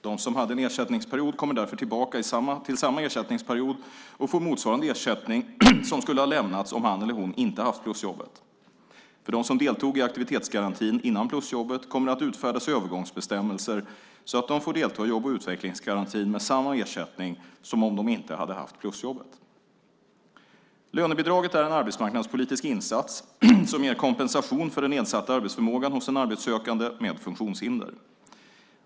De som hade en ersättningsperiod kommer därför tillbaka till samma ersättningsperiod och får motsvarande ersättning som skulle ha lämnats om han eller hon inte hade haft plusjobbet. För dem som deltog i aktivitetsgarantin innan plusjobbet kommer det att utfärdas övergångsbestämmelser så att de får delta i jobb och utvecklingsgarantin med samma ersättning som om de inte hade haft plusjobbet. Lönebidraget är en arbetsmarknadspolitisk insats som ger kompensation för den nedsatta arbetsförmågan hos den arbetssökande med funktionshinder.